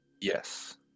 Yes